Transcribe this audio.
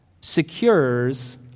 secures